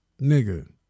Nigga